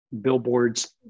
billboards